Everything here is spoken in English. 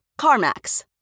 CarMax